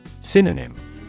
Synonym